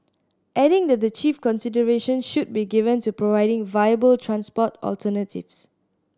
adding that the chief consideration should be given to providing viable transport alternatives